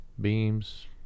beams